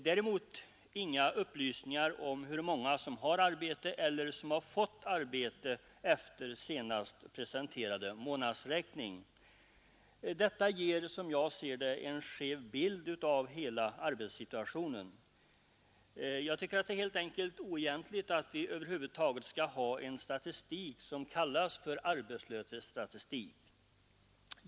Däremot lämnas inga upplysningar om hur många som har arbete eller som har fått arbete efter senast presenterade månadsräkning. Detta ger, som jag ser det, en skev bild av hela arbetssituationen. Jag tycker att det är helt enkelt oegentligt att vi skall ha en statistik som kallas för arbetslöshetsstatistik.